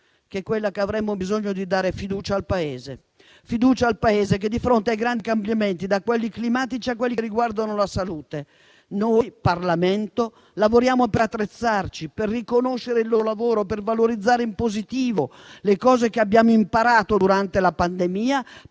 ed è quella di dare la necessaria fiducia al Paese di fronte ai grandi cambiamenti, da quelli climatici a quelli che riguardano la salute. Come Parlamento lavoriamo per attrezzarci per riconoscere il loro lavoro, per valorizzare in positivo le cose che abbiamo imparato durante la pandemia,